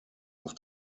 auf